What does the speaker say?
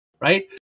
right